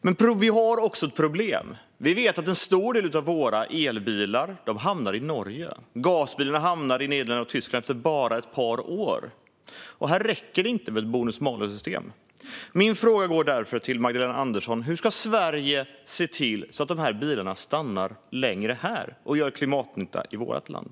Men vi har också ett problem. En stor del av våra elbilar hamnar i Norge. Gasbilarna hamnar i Nederländerna och Tyskland efter bara ett par år. Här räcker det inte med ett bonus-malus-system. Min fråga går därför till Magdalena Andersson: Hur ska Sverige se till att dessa bilar blir kvar längre här och gör klimatnytta i vårt land?